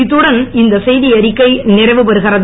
இத்துடன் இந்த செய்திஅறிக்கை நிறைவுபெறுகிறது